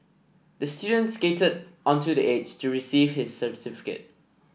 the student skated onto the stage to receive his certificate